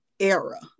era